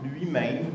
lui-même